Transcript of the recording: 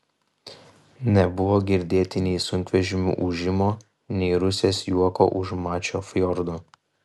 nebuvo girdėti nei sunkvežimių ūžimo nei rusės juoko už mačio fjordo